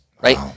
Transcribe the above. right